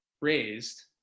raised